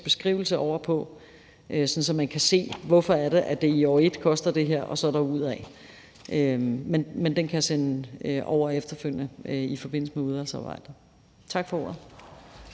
beskrivelse af, sådan at man kan se, hvorfor det i år et koster det her og så fremdeles. Men den kan jeg sende over efterfølgende i forbindelse med udvalgsarbejdet. Tak for ordet.